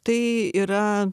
tai yra